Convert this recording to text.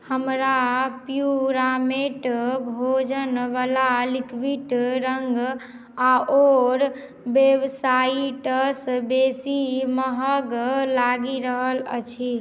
हमरा प्युरामेट भोजनवला लिक्विड रंग आओर वेबसाईट सँ बेसी महग लागि रहल अछि